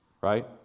right